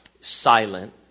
silent